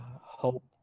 hope